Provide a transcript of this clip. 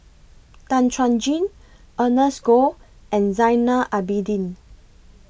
Tan Chuan Jin Ernest Goh and Zainal Abidin